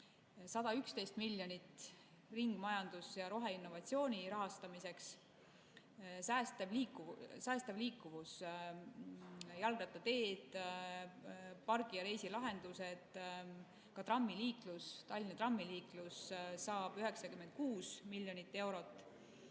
111 miljonit on ringmajanduse ja roheinnovatsiooni rahastamiseks. Säästev liikuvus, jalgrattateed, pargi- ja reisi‑lahendused, ka Tallinna trammiliiklus saab 96 miljonit eurot.